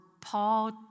Paul